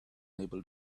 able